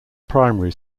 primary